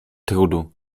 trudu